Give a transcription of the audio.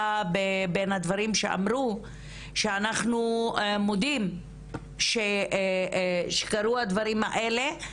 בין הדברים שאמרו היה שהם מודים שהדברים האלה קרו,